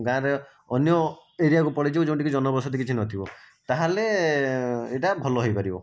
ଗାଁରେ ଅନ୍ୟ ଏରିଆକୁ ପଳାଇଯିବ ଯେଉଁଠିକି ଜନବସତି କିଛି ନଥିବ ତାହାଲେ ଏଟା ଭଲ ହୋଇପାରିବ